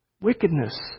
Wickedness